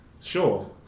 Sure